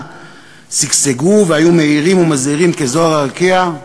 שגשגו והיו מאירים ומזהירים כזוהר הרקיע?